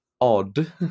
odd